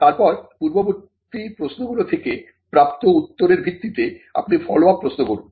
তারপর পূর্ববর্তী প্রশ্নগুলি থেকে প্রাপ্ত উত্তরের ভিত্তিতে আপনি ফলো আপ প্রশ্ন করুন